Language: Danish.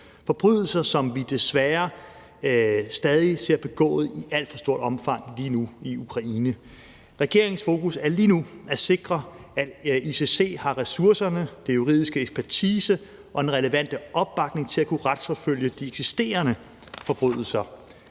forbrydelser, som vi desværre stadig ser begået i alt for stort omfang lige nu i Ukraine. Regeringens fokus er lige nu at sikre, at ICC har ressourcerne, den juridiske ekspertise og den relevante opbakning til at kunne retsforfølge de eksisterende forbrydelser.